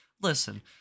Listen